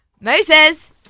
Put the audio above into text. Moses